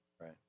Right